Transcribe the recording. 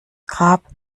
grab